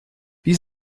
wie